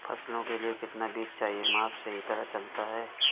फसलों के लिए कितना बीज चाहिए माप से ही पता चलता है